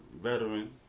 veteran